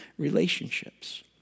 relationships